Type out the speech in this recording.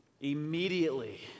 Immediately